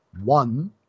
one